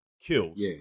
kills